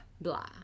Blah